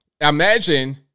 Imagine